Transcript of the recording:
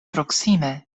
proksime